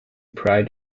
pride